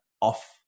off